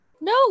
No